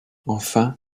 enfin